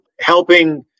helping